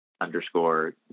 underscore